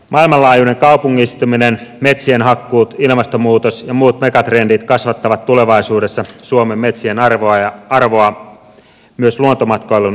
maailmanlaajuinen kaupungistuminen metsien hakkuut ilmastonmuutos ja muut megatrendit kasvattavat tulevaisuudessa suomen metsien arvoa myös luontomatkailun näkökulmasta